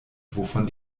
wovon